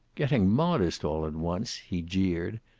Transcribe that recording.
getting modest, all at once, he jeered.